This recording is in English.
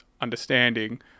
understanding